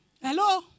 Hello